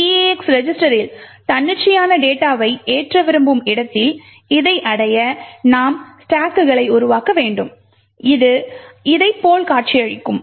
eax ரெஜிஸ்டரில் தன்னிச்சையான டேட்டாவை ஏற்ற விரும்பும் இடத்தில் இதை அடைய நாம் ஸ்டாக்குகளை உருவாக்க வேண்டும் இது இதை போல் காட்சி அளிக்கும்